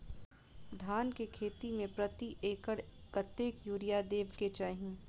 धान केँ खेती मे प्रति एकड़ कतेक यूरिया देब केँ चाहि?